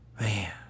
Man